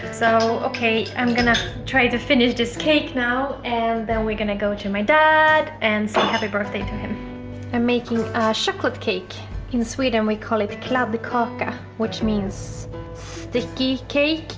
so, okay i'm gonna try to finish this cake now and then we're gonna go to my dad and say happy birthday to him i'm making a chocolate cake in sweden. we call it kladdkaka. which means sticky cake?